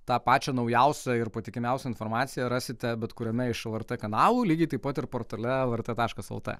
tą pačią naujausią ir patikimiausią informaciją rasite bet kuriame iš lrt kanalų lygiai taip pat ir portale lrt taškas lt